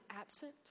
absent